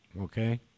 Okay